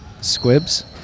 Squibs